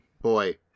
Boy